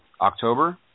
October